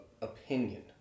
opinion